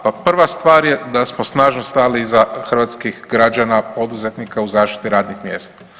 Pa prva stvar je da smo snažno stali iza hrvatskih građana, poduzetnika u zaštiti radnih mjesta.